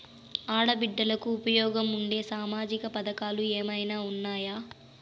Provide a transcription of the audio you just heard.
ఆడ బిడ్డలకు ఉపయోగం ఉండే సామాజిక పథకాలు ఏమైనా ఉన్నాయా?